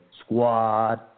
Squad